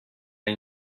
این